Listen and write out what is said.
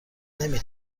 نمی